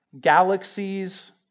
galaxies